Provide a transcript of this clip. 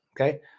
Okay